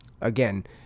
again